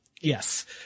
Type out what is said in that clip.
Yes